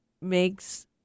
makes